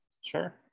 Sure